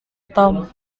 tom